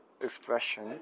expression